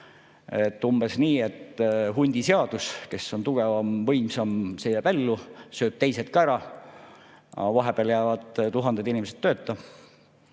Umbes nii, et hundiseadus: kes on tugevam, võimsam, see jääb ellu, sööb teised ka ära. Aga vahepeal jäävad tuhanded inimesed tööta.